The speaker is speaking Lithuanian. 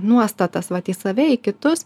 nuostatas vat į save į kitus